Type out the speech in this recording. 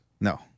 No